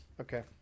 Okay